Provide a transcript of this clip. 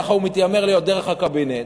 ככה הוא מתיימר להיות דרך הקבינט.